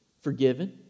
forgiven